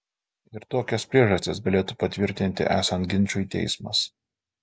ir tokias priežastis galėtų patvirtinti esant ginčui teismas